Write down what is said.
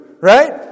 right